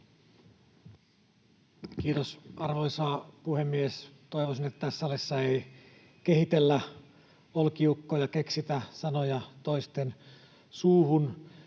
Kiitos, arvoisa puhemies! Toivoisin, että tässä salissa ei kehitellä olkiukkoja, keksitä sanoja toisten suuhun.